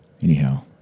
anyhow